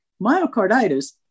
myocarditis